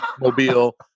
mobile